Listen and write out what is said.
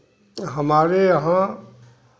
हमारे यहाँ